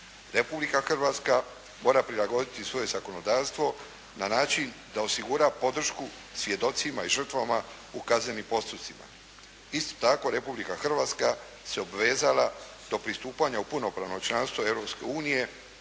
Republika Hrvatska mora prilagoditi svoje zakonodavstvo na način da osigura podršku svjedocima i žrtvama u kaznenim postupcima. Isto tako, Republika Hrvatska se obvezala do pristupanja u punopravno članstvo